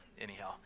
anyhow